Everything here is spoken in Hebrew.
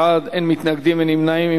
17 בעד, אין מתנגדים, אין נמנעים.